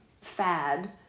fad